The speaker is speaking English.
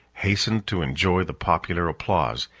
hastened to enjoy the popular applause,